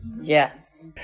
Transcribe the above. Yes